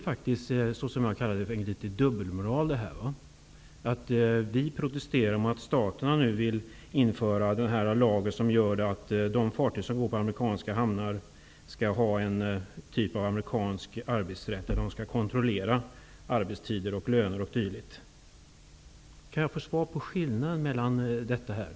Jag tycker att det är något av dubbelmoral i detta. Vi protesterar mot att USA nu vill införa en lag som gör att de fartyg som går på amerikanska hamnar skall ha en typ av amerikansk arbetsrätt och att amerikanerna skall kontrollera arbetstider, löner o.dyl. Kan jag få ett svar på min fråga? Vad är det för skillnad?